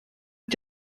has